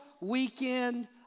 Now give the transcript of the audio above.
weekend